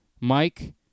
Mike